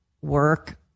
work